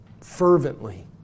fervently